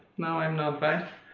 no, i'm not, but